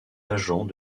agents